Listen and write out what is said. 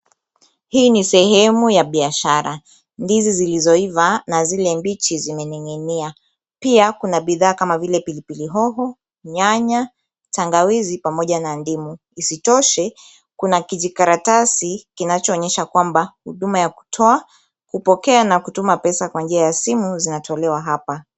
Hii ni sehemu ya biashara. Ndizi zilizoiva na zile mbichi zimening'inia. Pia kuna bidhaa kama vile pilipili hoho, nyanya, tangawizi pamoja na ndimu. Isitoshe, kuna kijikaratasi kinachoonyesha kwamba huduma ya kutoa, kupokea na kutuma pesa kwa njia ya simu zinatolewa hapa.